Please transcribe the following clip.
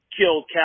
killed